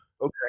Okay